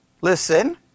listen